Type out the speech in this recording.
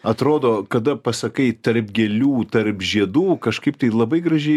atrodo kada pasakai tarp gėlių tarp žiedų kažkaip tai labai gražiai